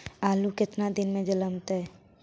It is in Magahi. आलू केतना दिन में जलमतइ?